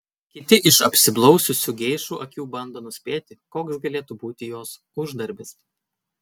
kiti iš apsiblaususių geišų akių bando nuspėti koks galėtų būti jos uždarbis